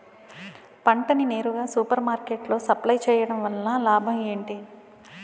పంట ని నేరుగా సూపర్ మార్కెట్ లో సప్లై చేయటం వలన లాభం ఏంటి?